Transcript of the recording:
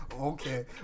Okay